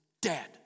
dead